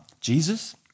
Jesus